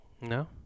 No